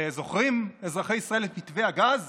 וזוכרים, אזרחי ישראל, את מתווה הגז